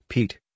Pete